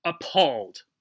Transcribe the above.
appalled